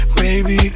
baby